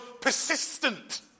persistent